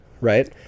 right